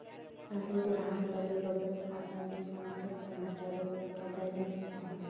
शहरी ग्राहक लगी बचत खाता में कम से कम हजार रुपया के बैलेंस चाही